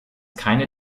keine